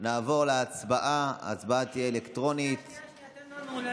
אני מאמין שהיא מסכימה לליטושים שיהיו בוועדה.